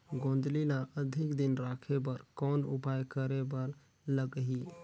गोंदली ल अधिक दिन राखे बर कौन उपाय करे बर लगही?